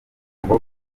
ngo